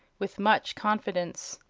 with much confidence.